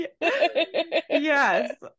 yes